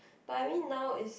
but I mean now is